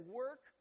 work